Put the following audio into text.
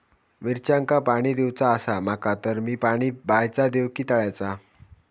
मिरचांका पाणी दिवचा आसा माका तर मी पाणी बायचा दिव काय तळ्याचा?